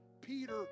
Peter